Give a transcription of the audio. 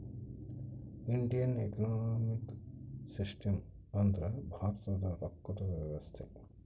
Indian economic system ಅಂದ್ರ ಭಾರತದ ರೊಕ್ಕದ ವ್ಯವಸ್ತೆ